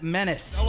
Menace